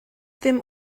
dim